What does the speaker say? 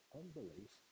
unbelief